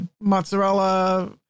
mozzarella